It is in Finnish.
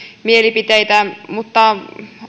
mielipiteitä mutta